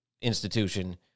institution